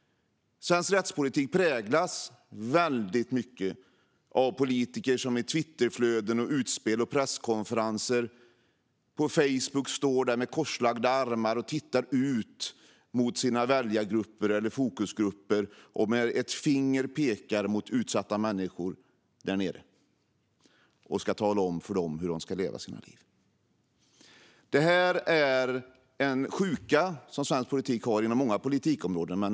Svensk rättspolitik präglas väldigt mycket av politiker som i Twitterflöden, vid utspel och presskonferenser eller på Facebook står med korslagda armar och tittar ut mot sina väljar eller fokusgrupper. De pekar med ett finger mot utsatta människor där nere för att tala om för dem hur de ska leva sina liv. Detta är en sjuka hos svensk politik, och den finns inom många politikområden.